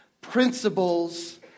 principles